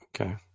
Okay